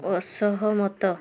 ଅସହମତ